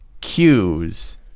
cues